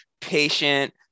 patient